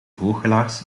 goochelaars